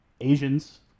Asians